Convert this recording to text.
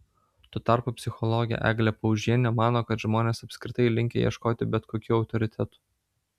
tuo tarpu psichologė eglė paužienė mano kad žmonės apskritai linkę ieškoti bet kokių autoritetų